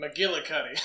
McGillicuddy